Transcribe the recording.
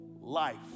life